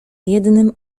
jednym